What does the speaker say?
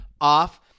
off